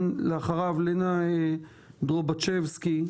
לנה דרובצ'בסקי,